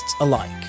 alike